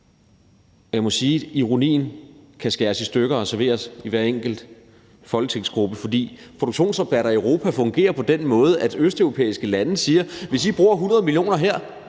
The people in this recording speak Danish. ironien kan skæres i stykker og serveres i hver enkelt folketingsgruppe, for produktionsrabatter i Europa fungerer på den måde, at østeuropæiske lande siger, at hvis I bruger 100 mio. kr. her